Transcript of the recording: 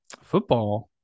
football